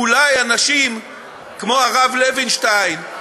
אולי אנשים כמו הרב לוינשטיין,